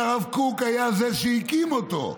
שהרב קוק היה זה שהקים אותו?